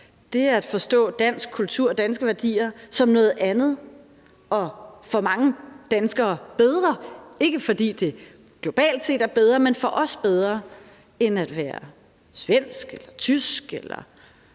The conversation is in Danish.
det at forstå dansk kultur og danske værdier vil være noget andet og for mange danskere bedre – ikke fordi det globalt set er bedre, men for os bedre – end at være svensk, tysk,